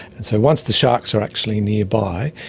and so once the sharks are actually nearby,